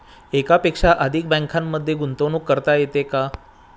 एकापेक्षा अधिक बँकांमध्ये गुंतवणूक करता येते का?